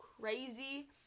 crazy